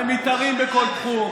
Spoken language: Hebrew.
אתם מתערים בכל תחום.